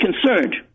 concerned